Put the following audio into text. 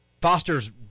Foster's